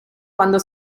quando